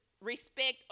respect